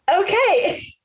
Okay